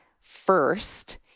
first